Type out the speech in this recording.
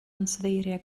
ansoddeiriau